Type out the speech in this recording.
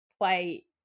play